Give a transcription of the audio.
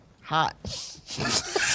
Hot